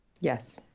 yes